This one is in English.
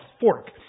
fork